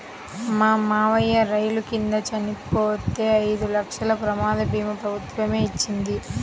మా మావయ్య రైలు కింద చనిపోతే ఐదు లక్షల ప్రమాద భీమా ప్రభుత్వమే ఇచ్చింది